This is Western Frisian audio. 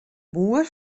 boer